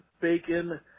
bacon